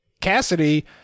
Cassidy